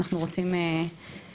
אנחנו רוצים עתיד׳.